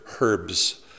herbs